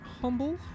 humble